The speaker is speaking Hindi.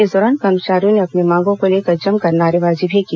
इस दौरान कर्मचारियों ने अपनी मांगों को लेकर जमकर नारेबाजी भी की